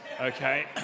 okay